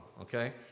okay